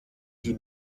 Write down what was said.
die